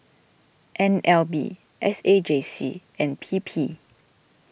N L B S A J C and P P